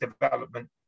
development